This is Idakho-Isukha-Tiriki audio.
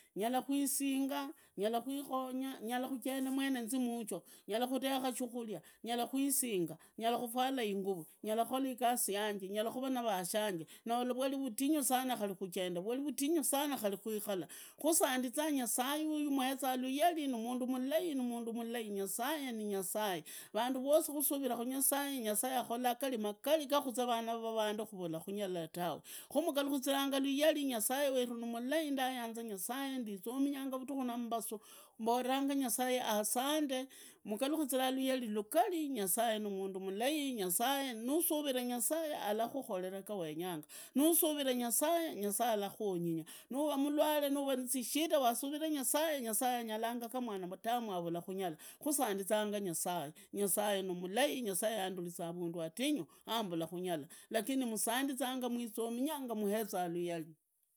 Nyalakwisinga, nyalakwikonya, nyala kujenda mwene nzi muucho, nyala luteka shukulia nyala kwisinga, nyala kufwala inguvu, nyala kukola igasi yanje, nyalakuvaa na vasanje novwali vudinyu sana. Khari kujenda vwali vutingu sana khali kwikara, ku sandiza nyasaye uyu mweza lugeli ni mundu mulai ni mundu nyasaye ni nyasaye vandu vosi khusuviva kinu nyasaye, nyasaye akugolla magali gari kuzee vana va vandu kunyara kurora tawe. Kumukariurikizirangeluyeli nyasaye weru ni mulai ndayanza, nyasaye ndizominywanga vuduku na mbasu, mborekanga nyasaye asante, mugaru mziranga layeli lugali nyasaye ni mundu mulai nyasaye, nusuvilla nyasaye akakukonya ga wenyanga; nusuvilla nyasaye, nyasaye arakuonyinya, nuva mulwale, nuva nizishida nusuvire nyasaye, nyasaye nimulai, nyasaye anyata ga binadamu anyata. Ku sandizanga nyasaye, nyasaye nimulai, nyasaye yanduliza avundu adinyu, humbula kunya, lakini musandizanga mwitsominyanga muheza lugali ichai; nugwa mavere.